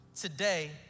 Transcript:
today